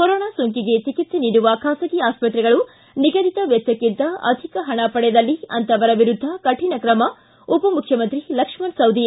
corona ಸೋಂಕಿಗೆ ಚಿಕಿತ್ಸೆ ನೀಡುವ ಖಾಸಗಿ ಆಸ್ತ್ರೆಗಳು ನಿಗದಿತ ವೆಚ್ಚಕ್ಕಿಂತ ಅಧಿಕ ಹಣ ಪಡೆದಲ್ಲಿ ಅಂತವರ ವಿರುದ್ಧ ಕಠಿಣ ಕ್ರಮ ಉಪಮುಖ್ಯಮಂತ್ರಿ ಲಕ್ಷ್ಮಣ ಸವದಿ